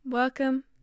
Welcome